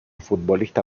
futbolista